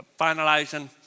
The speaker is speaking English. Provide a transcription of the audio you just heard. finalizing